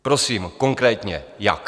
Prosím konkrétně, jak?